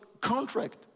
contract